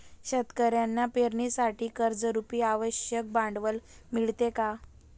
शेतकऱ्यांना पेरणीसाठी कर्जरुपी आवश्यक भांडवल मिळते का?